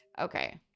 Okay